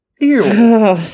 Ew